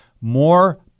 more